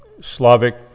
Slavic